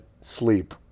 sleep